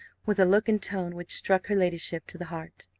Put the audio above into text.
with a look and tone which struck her ladyship to the heart.